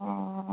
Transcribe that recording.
অ'